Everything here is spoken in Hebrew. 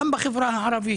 גם בחברה הערבית,